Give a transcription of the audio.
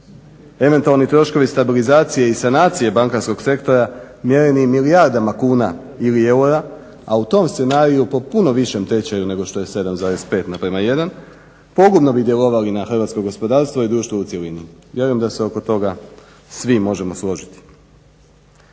Eventualni troškovi stabilizacije i sanacije bankarskog sektora mjereni milijardama kuna ili eura, a u tom scenariju po puno višem tečaju nego što je 7,5 na prema 1 pogubno bi djelovali na hrvatsko gospodarstvo i društvo u cjelini. Vjerujem da se oko toga svi možemo složiti.